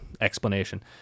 explanation